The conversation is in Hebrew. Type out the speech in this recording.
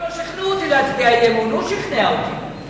הם לא שכנעו אותי להצביע אי-אמון, הוא שכנע אותי.